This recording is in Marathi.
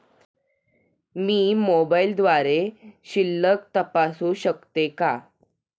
मी मोबाइलद्वारे शिल्लक तपासू शकते का?